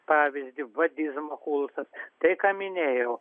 pavyzdį vadizmo kultas tai ką minėjau